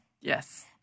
yes